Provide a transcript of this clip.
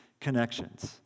connections